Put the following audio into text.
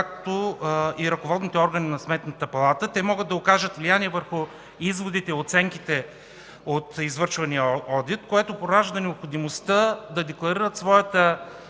Както и ръководните органи на Сметната палата, те могат да окажат влияние върху изводите и оценките от извършвания одит, което поражда необходимостта да декларират своята